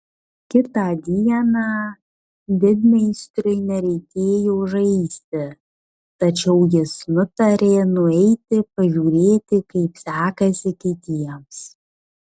kitą dieną didmeistriui nereikėjo žaisti tačiau jis nutarė nueiti pažiūrėti kaip sekasi kitiems